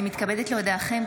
אני מתכבדת להודיעכם,